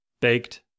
baked